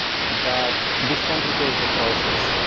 but this complicates the process.